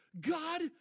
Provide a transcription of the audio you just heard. god